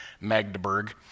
Magdeburg